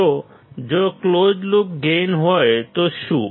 તો જો close loop gain હોય તો શું